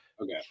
okay